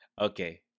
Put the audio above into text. okay